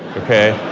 okay.